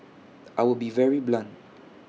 I will be very blunt